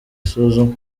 isuzuma